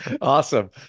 Awesome